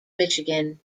michigan